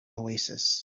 oasis